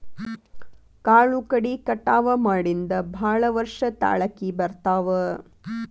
ಕಾಳು ಕಡಿ ಕಟಾವ ಮಾಡಿಂದ ಭಾಳ ವರ್ಷ ತಾಳಕಿ ಬರ್ತಾವ